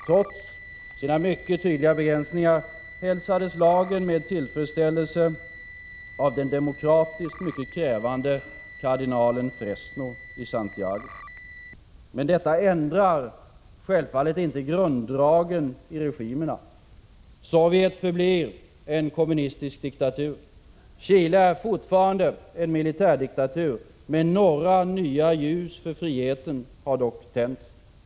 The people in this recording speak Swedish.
Trots sina mycket tydliga begränsningar hälsades lagen med tillfredsställelse av den demokratiskt krävande kardinalen Fresno i Santiago. Men detta ändrar icke grunddragen i regimerna. Sovjet förblir en kommunistisk diktatur. Chile är fortfarande en militärdiktatur. Men några nya ljus för friheten har tänts.